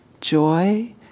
joy